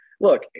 Look